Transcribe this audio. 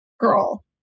girl